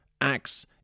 acts